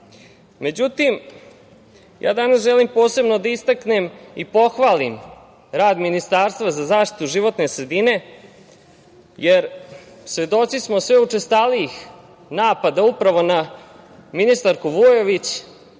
EU.Međutim, danas želim posebno da istaknem i pohvalim rad Ministarstva za zaštitu životne sredine, jer svedoci smo sve učestalijih napada, upravo na ministarku Vujović,